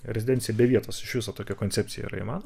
rezidencija be vietos iš viso tokia koncepcija yra įmanoma